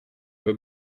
her